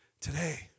today